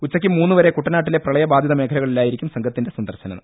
ഉച്ചക്ക് മൂന്ന് വരെ കുട്ടനാട്ടിലെ പ്രളയ ബാധിത മേഖലകളിലായിരിക്കും സംഘത്തിന്റെ സന്ദർശനം